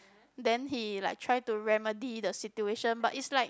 then he like try to remedy the situation but is like